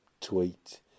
tweet